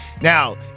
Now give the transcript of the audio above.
Now